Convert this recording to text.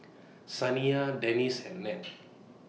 Saniyah Denise and Ned